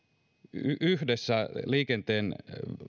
yhdessä liikenteen